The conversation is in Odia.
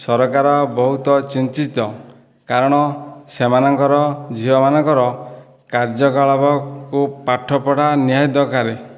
ସରକାର ବହୁତ ଚିନ୍ତିତ କାରଣ ସେମାନଙ୍କର ଝିଅ ମାନଙ୍କର କାର୍ଯ୍ୟକଳାପକୁ ପାଠପଢ଼ା ନିହାତି ଦରକାର